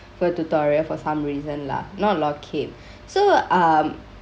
for tutorial for some reason lah not low keep so um